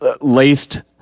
laced